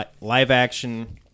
live-action